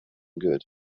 good